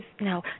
No